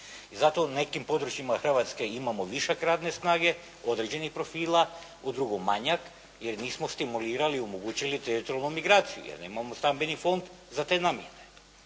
I zato u nekim područjima Hrvatske imamo višak radne snage određenih profila, u drugom manjak jer nismo stimulirali, omogućili teritorijalnu migraciju jer nemamo stambeni fond za te namjene.